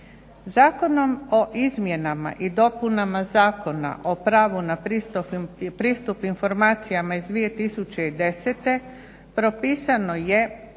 Zakonom o izmjenama i dopunama Zakona o pravu na pristup informacijama iz 2010. propisano je